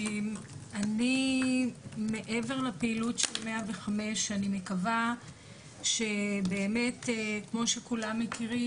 אני מעבר לפעילות של 105 שאני מקווה שבאמת כמו שכולם מכירים,